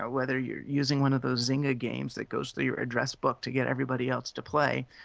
ah whether you're using one of those zynga games that goes through your address book to get everybody else to play,